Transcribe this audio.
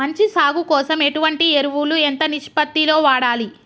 మంచి సాగు కోసం ఎటువంటి ఎరువులు ఎంత నిష్పత్తి లో వాడాలి?